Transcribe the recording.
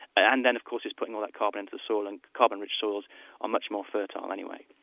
and then of course it's putting all that carbon into the soil, and carbon-rich soils are much more fertile anyway.